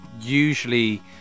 usually